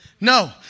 No